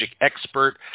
expert